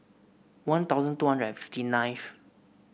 One Thousand two hundred and fifty ninth